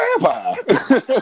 vampire